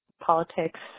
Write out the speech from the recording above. politics